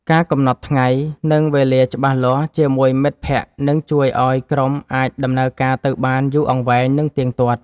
ការកំណត់ថ្ងៃ និងវេលាច្បាស់លាស់ជាមួយមិត្តភក្តិនឹងជួយឱ្យក្រុមអាចដំណើរការទៅបានយូរអង្វែង និងទៀងទាត់។